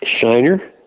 Shiner